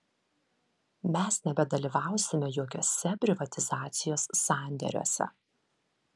mes nebedalyvausime jokiuose privatizacijos sandėriuose